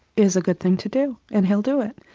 is a good thing to do and he'll do it.